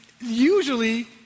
usually